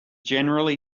generally